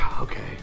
Okay